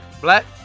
Black